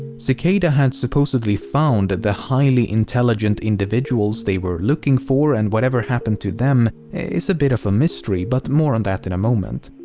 cicada had supposedly found the highly intelligent individuals they were looking for and whatever happened to them is a bit of a mystery but more on that in a moment.